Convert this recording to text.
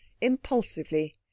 impulsively